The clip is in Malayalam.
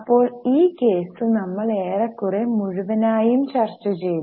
അപ്പോൾ ഈ കേസ് നമ്മൾ ഏറെക്കുറെ മുഴുവനായും ചർച്ച ചെയ്തു